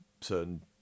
certain